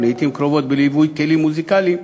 לעתים קרובות בליווי כלים מוזיקליים,